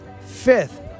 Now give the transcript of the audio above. fifth